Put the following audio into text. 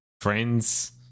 friends